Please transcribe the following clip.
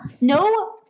no